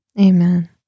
Amen